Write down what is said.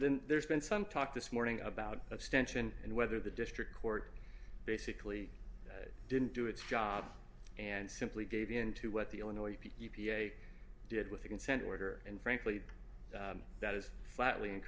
then there's been some talk this morning about extension and whether the district court basically didn't do its job and simply gave in to what the illinois u p a did with the consent order and frankly that is flat